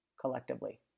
collectively